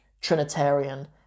Trinitarian